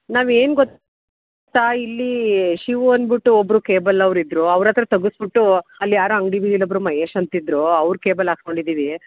ನಾವೇನು ಗೊತ್ತಾ ಇಲ್ಲಿ ಶಿವು ಅಂದ್ಬಿಟ್ಟು ಒಬ್ಬರು ಕೇಬಲ್ ಅವ್ರು ಇದ್ದರು ಅವ್ರ ಹತ್ರ ತೆಗೆಸ್ಬಿಟ್ಟು ಅಲ್ಲಿ ಯಾರೋ ಅಂಗಡಿ ಬೀದಿಲಿ ಇಲ್ಲೊಬ್ಬರು ಮಹೇಶ್ ಅಂತ ಇದ್ದರು ಅವ್ರ ಕೇಬಲ್ ಹಾಕ್ಕೊಂಡು ಇದ್ದೀವಿ